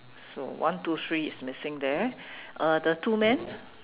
so one two three is missing there uh the two men